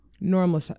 normal